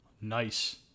Nice